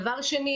דבר שני,